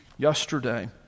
Yesterday